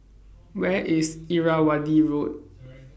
Where IS Irrawaddy Road